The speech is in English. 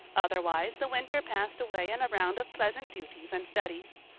otherwise the winter passed away in a round of pleasant duties and studies.